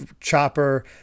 Chopper